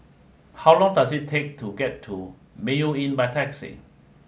how long does it take to get to Mayo Inn by taxi